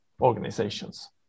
organizations